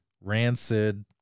rancid